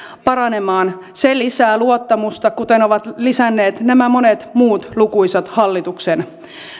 paranemaan se lisää luottamusta kuten ovat lisänneet nämä monet muut lukuisat hallituksen